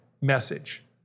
message